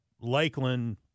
Lakeland –